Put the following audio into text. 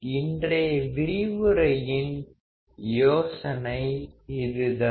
இன்றைய விரிவுரையின் யோசனை இதுதான்